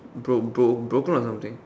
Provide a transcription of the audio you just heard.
bro~ bro~ broken or something